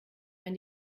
wenn